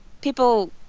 people